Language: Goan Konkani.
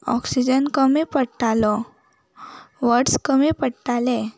ऑक्सीजन कमी पडटालो वोर्ड्स कमी पडटाले